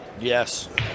Yes